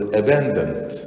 abandoned